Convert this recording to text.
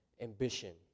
ambition